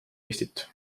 eestit